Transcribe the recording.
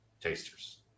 tasters